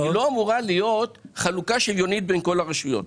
היא לא אמורה להיות לחלוקה שוויונית בין כל הרשויות.